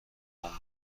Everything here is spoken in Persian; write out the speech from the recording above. گـم